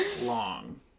long